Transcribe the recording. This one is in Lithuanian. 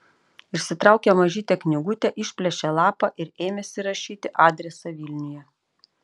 išsitraukė mažytę knygutę išplėšė lapą ir ėmėsi rašyti adresą vilniuje